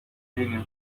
virginia